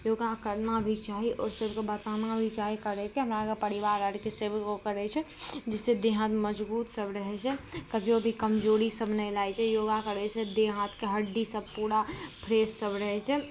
योगा करना भी चाही आओर सभके बताना भी चाही करैके हमरा आरके परिवार आरके सभी ओ करै छै जिससे देह हाथ मजगूत सभ रहै छै कभियो भी कमजोरी सभ नहि लागै छै योगा करै से देह हाथके हड्डी सभ पूरा फ्रेश सभ रहै छै